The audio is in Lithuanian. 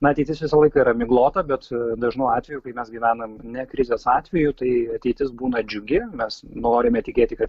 na ateitis visą laiką yra miglota bet dažnu atveju kai mes gyvenam ne krizės atveju tai ateitis būna džiugi mes norime tikėti kad